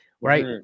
right